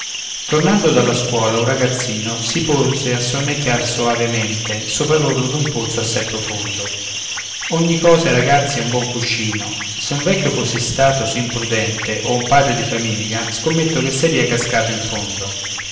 tornando dalla scuola un ragazzino si pose a sonnecchiar soavemente sopra l'orlo d'un pozzo assai profondo ogni cosa ai ragazzi è un buon cuscino se un vecchio fosse stato sì imprudente o un padre di famiglia scommetto che sarìa cascato in fondo